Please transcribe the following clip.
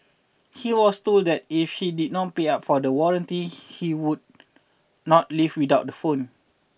he was told that if he did not pay up for the warranty he would not leave without the phone